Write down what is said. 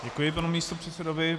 Děkuji panu místopředsedovi.